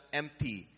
empty